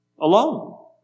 Alone